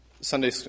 Sunday